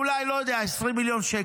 לא יודע, זה אולי 20 מיליון שקל.